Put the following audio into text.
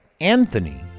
Anthony